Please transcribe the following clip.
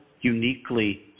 uniquely